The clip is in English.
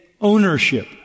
ownership